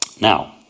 Now